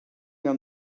down